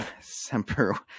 Semper